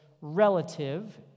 relative